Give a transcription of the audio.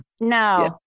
no